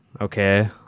okay